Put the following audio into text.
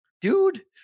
dude